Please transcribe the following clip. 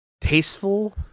tasteful